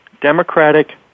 Democratic